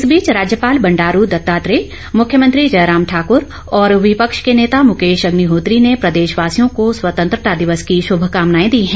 इस बीच राज्यपाल बंडारू दत्तात्रेय मुख्यमंत्री जयराम ठाकुर और विपक्ष के नेता मुकेश अग्निहोत्री ने प्रदेश वासियों को स्वतंत्रता दिवस की शुभकामनाएं दी है